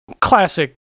classic